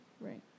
Right